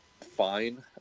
fine